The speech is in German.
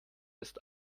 ist